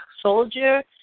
soldier